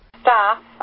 staff